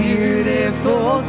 Beautiful